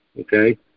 okay